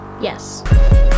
Yes